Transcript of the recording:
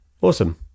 awesome